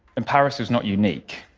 and paris is not unique.